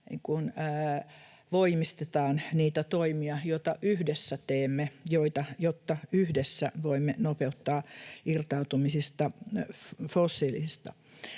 voimistetaan niitä toimia, joita yhdessä teemme, jotta yhdessä voimme nopeuttaa irtautumista fossiilisista.